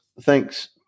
thanks